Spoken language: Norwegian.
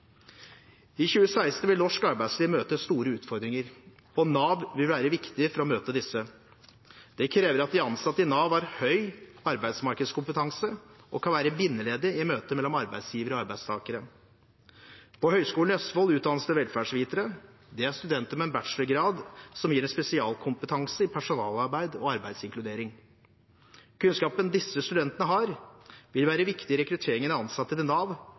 I 2016 vil norsk arbeidsliv møte store utfordringer, og Nav vil være viktig for å møte disse. Det krever at de ansatte i Nav har høy arbeidsmarkedskompetanse og kan være bindeleddet i møte mellom arbeidsgivere og arbeidstakere. På Høgskolen i Østfold utdannes det velferdsvitere. Dette er studenter med en bachelorgrad som gir en spesialkompetanse i personalarbeid og arbeidsinkludering. Kunnskapen disse studentene har, vil være viktig i rekrutteringen av ansatte til Nav